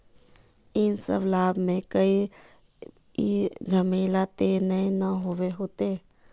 इ सब लाभ में कोई झमेला ते नय ने होते?